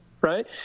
right